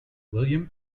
william